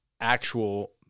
actual